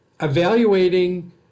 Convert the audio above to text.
evaluating